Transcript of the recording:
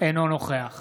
אינו נוכח